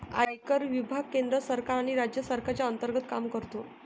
आयकर विभाग केंद्र सरकार आणि राज्य सरकारच्या अंतर्गत काम करतो